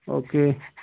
okay